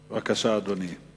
בבקשה, אדוני.